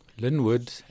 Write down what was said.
Linwood